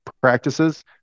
practices